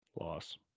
Loss